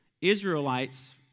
Israelites